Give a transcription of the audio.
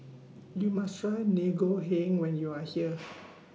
YOU must Try Ngoh Hiang when YOU Are here